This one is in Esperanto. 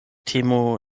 temo